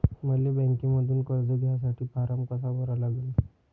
मले बँकेमंधून कर्ज घ्यासाठी फारम कसा भरा लागन?